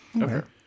Okay